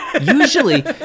Usually